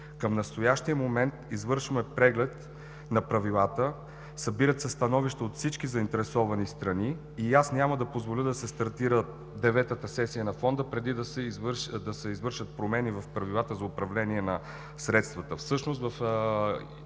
Към настоящия момент извършваме преглед на правилата, събират се становища от всички заинтересовани страни и аз няма да позволя да се стартира Деветата сесия на Фонда преди да се извършат промени в правилата за управление на средствата.